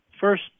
first